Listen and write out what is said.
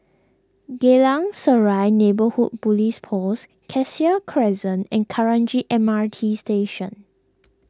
Geylang Serai Neighbourhood Police Post Cassia Crescent and Kranji M R T Station